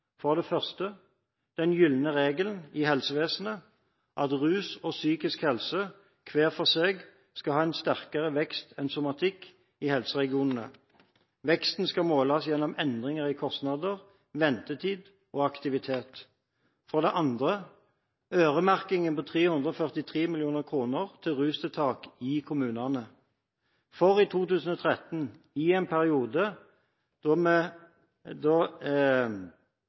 for det første den gylne regelen i helsevesenet om at rus og psykisk helse hver for seg skal ha en sterkere vekst enn somatikk i helseregionene. Veksten skal måles gjennom endringer i kostnader, ventetid og aktivitet. For det andre er det øremerkingen på 343 mill. kr til rustiltak i kommunene, for i 2013, i en periode da